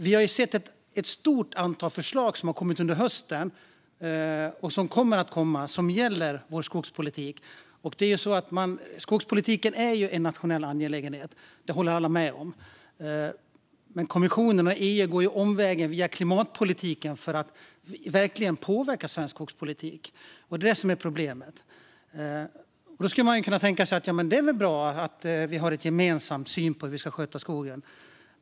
Vi har sett att det under hösten har kommit och att det kommer att komma ett stort antal förslag som gäller vår skogspolitik. Alla håller med om att skogspolitiken är en nationell angelägenhet. Men kommissionen och EU går omvägen via klimatpolitiken för att påverka svensk skogspolitik. Det är det som är problemet. Man skulle kunna tänka sig att det är bra att ha en gemensam syn på hur vi ska sköta skogen.